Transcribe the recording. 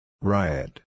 Riot